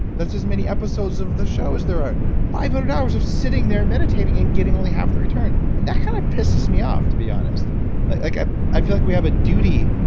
that's as many episodes of the show as there. ah five hundred hours of sitting there meditating and getting only half the return, and that kind of pisses me off, to be honest like like ah i feel like we have a duty.